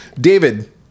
David